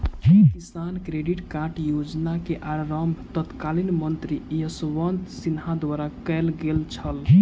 किसान credit card योजना के आरम्भ तत्कालीन मंत्री यशवंत सिन्हा द्वारा कयल गेल छल